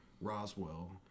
Roswell